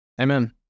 Amen